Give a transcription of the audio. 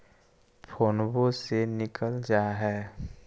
फोनवो से निकल जा है?